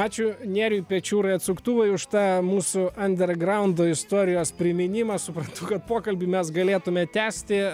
ačiū nėriui pečiūrai atsuktuvui už tą mūsų andergraundo istorijos priminimą suprantu kad pokalbį mes galėtume tęsti